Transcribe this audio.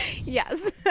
Yes